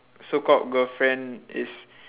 so called girlfriend is